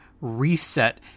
reset